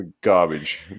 garbage